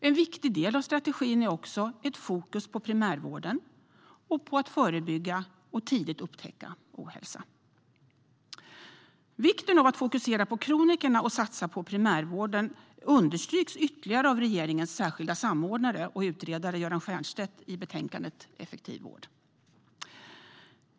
En viktig del av strategin är också ett fokus på primärvården och på att förebygga och tidigt upptäcka ohälsa. Vikten av att fokusera på kronikerna och satsa på primärvården understryks ytterligare av regeringens särskilda samordnare och utredare Göran Stiernstedt i betänkandet Effektiv vård .